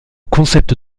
concept